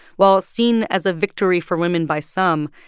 while seen as a victory for women by some,